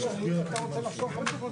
הוא רצה לדבר על היבוא.